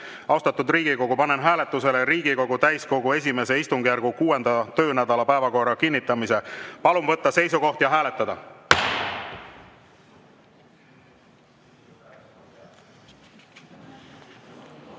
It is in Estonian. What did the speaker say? Austatud Riigikogu, panen hääletusele Riigikogu täiskogu I istungjärgu 6. töönädala päevakorra kinnitamise. Palun võtta seisukoht ja hääletada!